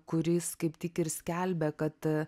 kuris kaip tik ir skelbia kad